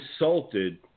insulted